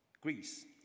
Greece